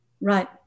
Right